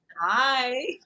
Hi